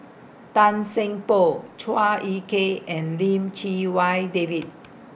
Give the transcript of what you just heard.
Tan Seng Poh Chua Ek Kay and Lim Chee Wai David